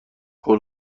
هول